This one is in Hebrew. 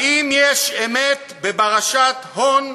האם יש אמת בפרשת "הון,